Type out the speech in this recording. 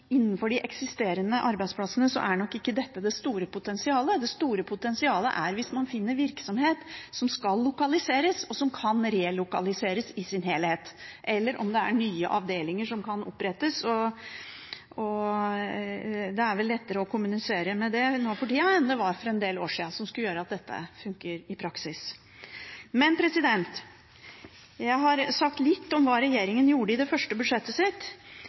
innenfor de eksisterende arbeidsplassene er nok ikke dette det store potensialet. Det store potensialet er hvis man finner virksomhet som skal lokaliseres og som kan relokaliseres i sin helhet, eller om det er nye avdelinger som kan opprettes. Det er vel lettere å kommunisere det nå for tiden enn det var for en del år siden, og som skulle gjøre at dette fungerer i praksis. Jeg har sagt litt om hva regjeringen gjorde i det første budsjettet sitt.